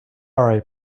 sorry